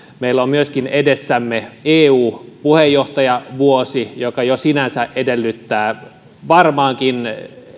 meillä on myöskin edessämme eu puheenjohtajavuosi joka jo sinänsä edellyttää varmaankin